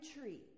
tree